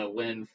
win